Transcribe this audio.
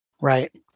right